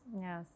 Yes